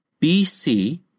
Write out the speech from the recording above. BC